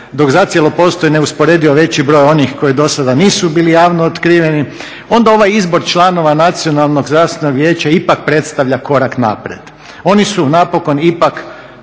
dok zacijelo postoji neusporedivo veći broj onih koji do sada nisu bili javno otkriveni onda ovaj izbor članova Nacionalnog zdravstvenog vijeća ipak predstavlja korak naprijed. Oni su napokon ipak